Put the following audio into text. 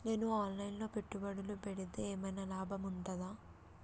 నేను online లో పెట్టుబడులు పెడితే ఏమైనా లాభం ఉంటదా?